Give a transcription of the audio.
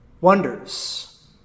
wonders